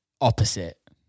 opposite